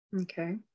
okay